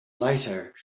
later